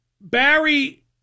Barry